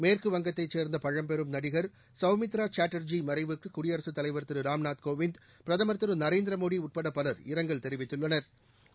மேற்கு வங்கத்தைச் சேர்ந்தபழம்பெரும் நடிகர் சவுமித்ராசாட்டர்ஜி மறைவிற்குகுடியரசுத்தலைவர் திருராம்நாத் கோவிந்த் பிரதமர் திருநரேந்திரமோடிஉட்படபல் இரங்கல் தெரிவித்துள்ளனா்